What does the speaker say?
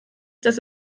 dass